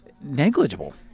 negligible